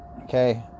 Okay